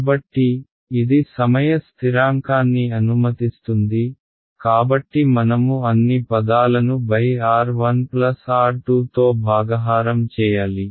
కాబట్టి ఇది సమయ స్థిరాంకాన్ని అనుమతిస్తుంది కాబట్టి మనము అన్ని పదాలను R 1 R 2 తో భాగహారం చేయాలి